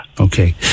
Okay